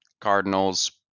Cardinals